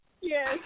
Yes